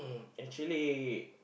actually